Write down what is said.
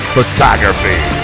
Photography